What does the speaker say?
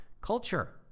culture